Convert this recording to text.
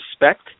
respect